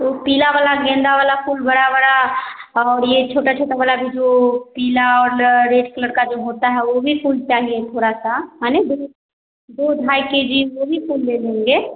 उ पीला वाला गेंदा वाला फूल बड़ा बड़ा और यह छोटा छोटा वाला भी जो पीला और ल रेड कलर का जो होता है वह भी फूल चाहिए थोड़ा सा माने दो ढाई के जी वह भी फूल ले लेंगे